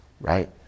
right